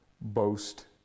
boast